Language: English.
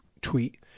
tweet